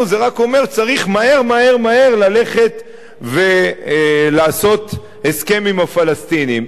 רק אומר שצריך מהר-מהר-מהר ללכת ולעשות הסכם עם הפלסטינים,